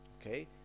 Okay